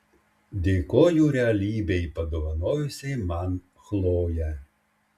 dėkoju realybei padovanojusiai man chloję